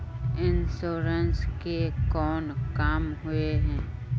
Insurance के कोन काम होय है?